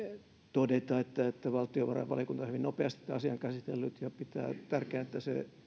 todeta että valtiovarainvaliokunta on hyvin nopeasti tämän asian käsitellyt ja pitää tärkeänä että se